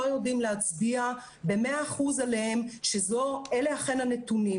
יודעים להצביע במאה אחוז עליהם שאלה אכן הנתונים.